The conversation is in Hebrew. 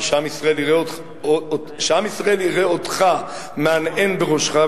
ושעם ישראל יראה אותך מהנהן בראשך.